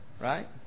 right